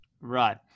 Right